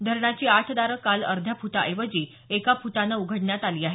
धरणाची आठ दारं काल अर्ध्या फुटाऐवजी एका फुटानं उघडण्यात आली आहेत